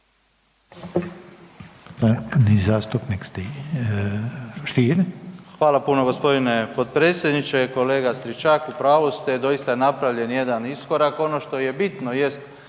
Hvala puno gospodine potpredsjedniče. Kolega Stričak u pravu ste. Doista je napravljen jedan iskorak. Ono što je bitno jest